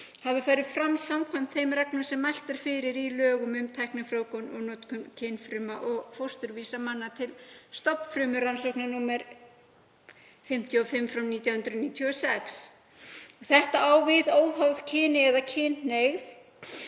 hafi farið fram samkvæmt þeim reglum sem mælt er fyrir um í lögum um tæknifrjóvgun og notkun kynfrumna og fósturvísa manna til stofnfrumurannsókna, nr. 55/1996. Þetta á við óháð kyni eða kynhneigð